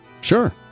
Sure